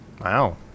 Wow